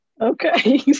Okay